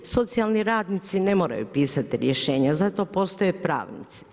Socijalni radnici ne moraju pisati rješenja, za to postoje pravnici.